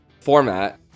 format